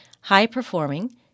high-performing